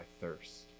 thirst